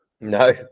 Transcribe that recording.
No